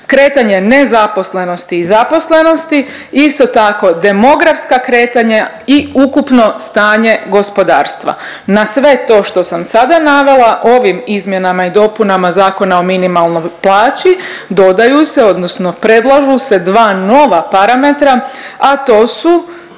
kretanje nezaposlenosti i zaposlenosti, isto tako, demografska kretanja i ukupno stanje gospodarstva. Na sve to što sam sada navela, ovim izmjenama i dopunama Zakona o minimalnom plaći dodaju se odnosno predlažu se dva nova parametra, a to su